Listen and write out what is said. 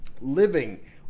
living